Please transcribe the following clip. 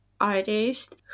artist